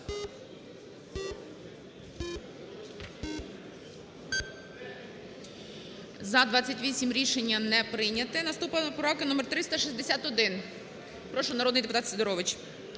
За-28 Рішення не прийнято. Наступна поправка - номер 361. Прошу, народний депутат Сидорович.